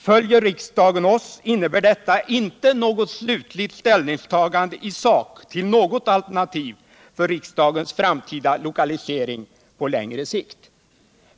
Följer riksdagen oss innebär detta inte något slutligt ställningstagande i sak till något alternativ för riksdagens framtida lokalisering på längre sikt.